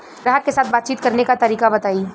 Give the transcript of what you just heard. ग्राहक के साथ बातचीत करने का तरीका बताई?